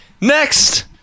next